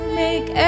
make